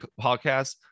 podcast